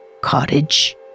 cottage